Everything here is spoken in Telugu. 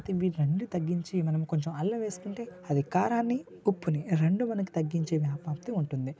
ఈ రెండు తగ్గించి మనం కొంచెం అల్లం వేసుకుంటే అది కారాన్ని ఉప్పుని రెండు మనకి తగ్గించే వ్యాపత్తి ఉంటుంది